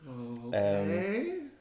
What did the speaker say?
Okay